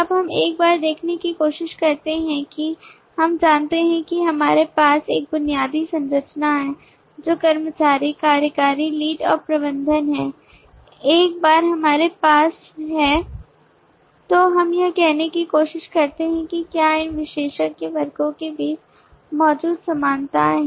अब हम एक बार देखने की कोशिश करते हैं कि हम जानते हैं कि हमारे पास एक बुनियादी संरचना है जो कर्मचारी कार्यकारी लीड और प्रबंधक है एक बार हमारे पास है तो हम यह देखने की कोशिश करते हैं कि क्या इन विशेषज्ञ वर्गों के बीच मौजूद समानताएं हैं